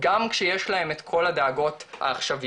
גם כשיש להם את כל הדאגות העכשוויות?